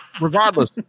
Regardless